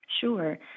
Sure